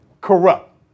corrupt